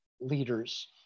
leaders